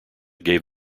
gave